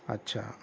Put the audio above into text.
اچھا